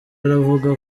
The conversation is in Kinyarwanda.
aravuga